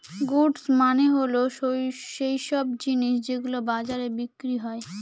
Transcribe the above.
goods মানে হল সৈইসব জিনিস যেগুলো বাজারে বিক্রি হয়